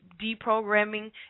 deprogramming